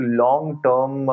long-term